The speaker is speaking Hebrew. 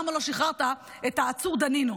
למה לא שחררת את העצור דנינו?